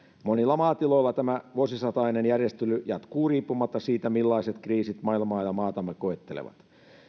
monilla maatiloilla tämä vuosisatainen järjestely jatkuu riippumatta siitä millaiset kriisit maailmaa ja maatamme koettelevat